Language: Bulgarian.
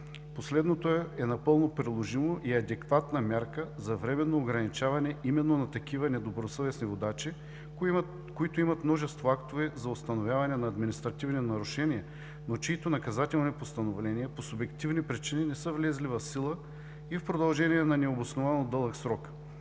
Последното е напълно приложимо и е адекватна мярка за временно ограничаване именно на такива недобросъвестни водачи, които имат множество актове за установяване на административни нарушения, но чиито наказателни постановления по субективни причини не са влезли в сила и в продължение на необосновано дълъг срок.